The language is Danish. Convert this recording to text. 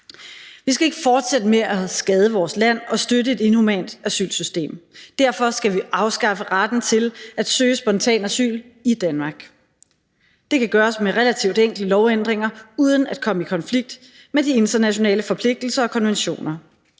Vi skal ikke fortsætte med at skade vores land og støtte et inhumant asylsystem. Derfor skal vi afskaffe retten til at søge spontan asyl i Danmark. Det kan gøres med relativt enkle lovændringer uden at komme i konflikt med de internationale forpligtelser og konventioner.